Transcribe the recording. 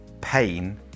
pain